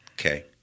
Okay